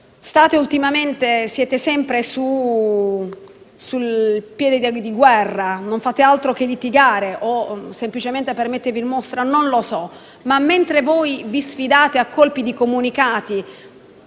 Ultimamente siete sempre sul piede di guerra e non fate altro che litigare, magari semplicemente per mettervi in mostra (non lo so). Ma mentre voi vi sfidate a colpi di comunicati